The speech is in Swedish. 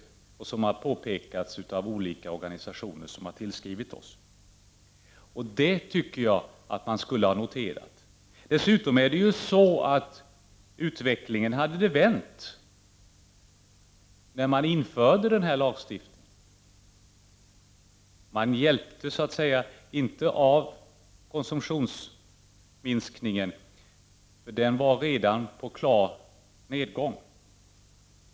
Detta har påpekats av olika organisationer som har tillskrivit utskottet. Det borde man ha noterat. Dessutom hade utvecklingen vänt när den här lagstiftningen infördes. Man hjälptes alltså inte av den konsumtionsminskning som redan var tydlig.